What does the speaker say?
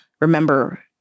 Remember